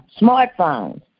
smartphones